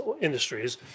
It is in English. industries